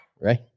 right